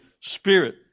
Spirit